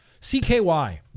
CKY